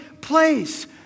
place